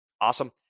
Awesome